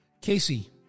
Casey